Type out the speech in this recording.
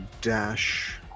dash